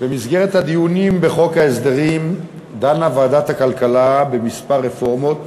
במסגרת הדיונים בחוק ההסדרים דנה ועדת הכלכלה בכמה רפורמות